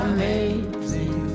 Amazing